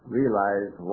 realize